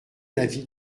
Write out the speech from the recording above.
l’avis